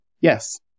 yes